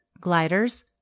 gliders